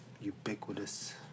Ubiquitous